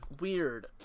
Weird